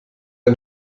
ein